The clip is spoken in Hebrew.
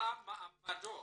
מה מעמדו